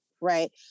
right